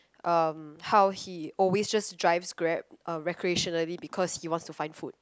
um how he always just drives Grab uh recreationally because he wants to find food